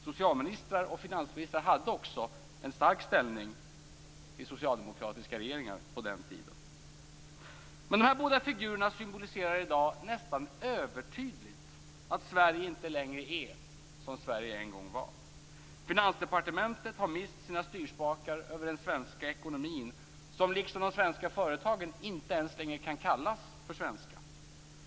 Socialministrar och finansministrar hade också en stark ställning i socialdemokratiska regeringar på den tiden. Men dessa båda figurer symboliserar i dag nästan övertydligt att Sverige inte längre är som Sverige en gång var. Finansdepartementet har mist sina styrspakar över den svenska ekonomin, som liksom de svenska företagen inte ens längre kan kallas svenska.